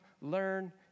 learn